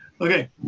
Okay